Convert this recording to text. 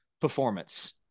performance